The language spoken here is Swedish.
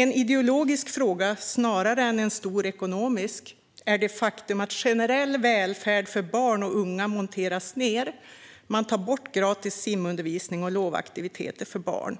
En ideologisk fråga, snarare än en stor ekonomisk, är det faktum att generell välfärd för barn och unga monteras ned. Man tar bort gratis simundervisning och lovaktiviteter för barn